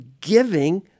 giving